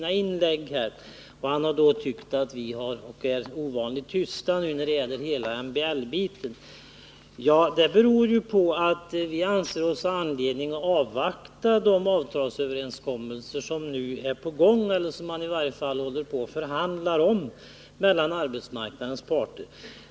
Han tyckte att vi nu är ovanligt tysta när det gäller hela MBL-biten. Ja, det beror ju på att vi anser oss ha anledning att avvakta de avtal som nu är på gång eller som man i varje fall håller på att - Nr 40 förhandla om mellan arbetsmarknadens parter.